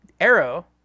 Arrow